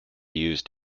used